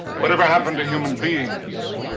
what ever happened to human beings?